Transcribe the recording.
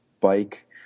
bike